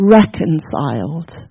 reconciled